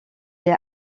est